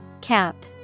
Cap